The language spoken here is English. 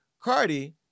Cardi